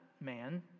man